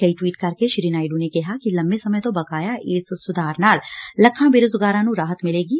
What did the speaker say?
ਕਈ ਟਵੀਟ ਕਰਕੇ ਸ੍ਰੀ ਨਾਇਵੂ ਨੇ ਕਿਹਾ ਕਿ ਲੰਬੇ ਸਮੇ ਤੋ ਬਕਾਇਆ ਇਸ ਸੁਧਾਰ ਨਾਲ ਲੱਖਾ ਬੇਰੁਜ਼ਗਾਰਾਂ ਨੂੰ ਰਾਹਤ ਮਿਲੇਗੀ